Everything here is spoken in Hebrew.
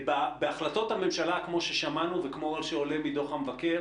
בהחלטות הממשלה כמו ששמענו וכמו שעולה מדוח המבקר